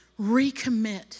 Recommit